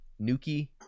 Nuki